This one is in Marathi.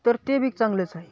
तर ते बीक चांगलंच आहे